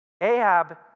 Ahab